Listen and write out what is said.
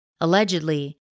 Allegedly